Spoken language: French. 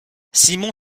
simon